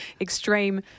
extreme